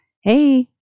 hey